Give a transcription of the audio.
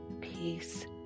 peace